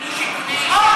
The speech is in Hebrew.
מי שיקנה ישירות,